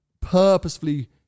purposefully